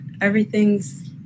everything's